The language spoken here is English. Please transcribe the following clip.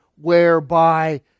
whereby